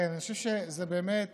אני חושב שזה באמת